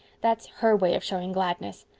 that's her way of showing gladness.